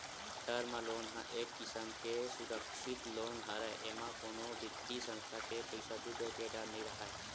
term loan ह एक किसम के सुरक्छित लोन हरय एमा कोनो बित्तीय संस्था के पइसा डूबे के डर नइ राहय